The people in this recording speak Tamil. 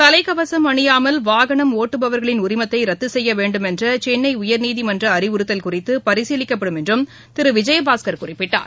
தலைக்கவசம் அணியாமல் வாகனம் ஒட்டுபவர்களின் உரிமத்தைரத்துசெய்யவேண்டுமென்றசென்னைஉயா்நீதிமன்றத்தின் அறிவுறுத்தல் குறித்தபரிசீலிக்கப்படும் என்றும் திருவிஜயபாஸ்கர் குறிப்பிட்டார்